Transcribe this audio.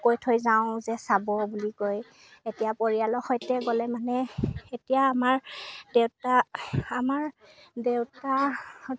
কৈ থৈ যাওঁ যে চাব বুলি কৈ এতিয়া পৰিয়ালৰ সৈতে গ'লে মানে এতিয়া আমাৰ দেউতা আমাৰ দেউতাহঁত